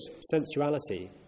sensuality